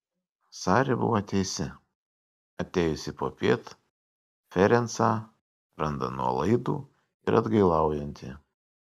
sari buvo teisi atėjusi popiet ferencą randa nuolaidų ir atgailaujantį